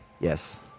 Yes